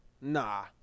nah